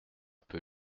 peu